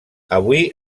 avui